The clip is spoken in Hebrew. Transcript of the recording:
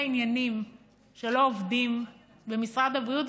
עניינים שלא עובדים במשרד הבריאות,